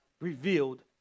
revealed